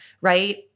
right